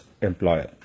employer